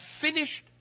finished